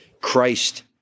Christ